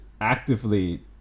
actively